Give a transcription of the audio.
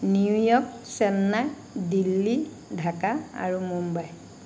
New York Chennai Delhi Dhaka আৰু মুম্বাই